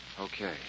Okay